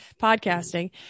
podcasting